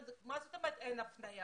מה זאת אומרת "אין הפניה"?